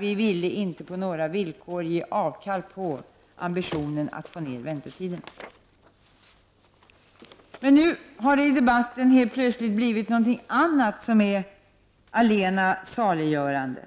Vi ville inte på några villkor ge avkall på ambitionen att få ner väntetiderna. Nu är det i debatten helt plötsligt någonting annat som är allena saliggörande,